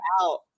out